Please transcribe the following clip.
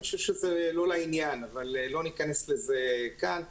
חושב שזה לא לעניין אבל לא ניכנס לזה כאן.